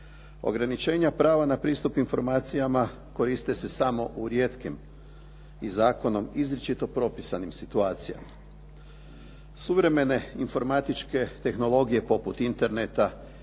Ograničenja prava na pristup informacijama koriste se samo u rijetkim i zakonom izričito propisanim situacijama. Suvremene informatičke tehnologije poput Interneta